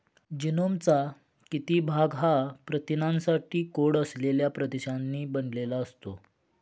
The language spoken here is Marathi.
जीनोमचा किती भाग हा प्रथिनांसाठी कोड असलेल्या प्रदेशांनी बनलेला असतो?